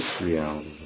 reality